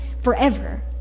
forever